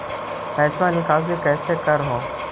पैसवा निकासी कैसे कर हो?